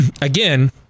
Again